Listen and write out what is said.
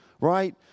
right